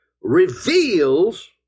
reveals